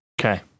Okay